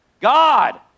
God